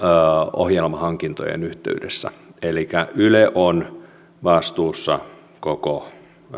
ohjelmahankintojen yhteydessä elikkä yle on vastuussa koko